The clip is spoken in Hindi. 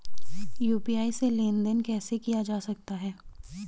यु.पी.आई से लेनदेन कैसे किया जा सकता है?